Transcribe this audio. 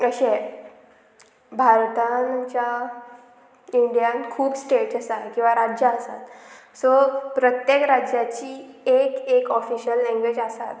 अशें भारतान आमच्या इंडियान खूब स्टेट्स आसा किंवां राज्या आसात सो प्रत्येक राज्याची एक एक ऑफिशियल लँग्वेज आसात